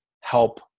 help